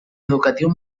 educatiu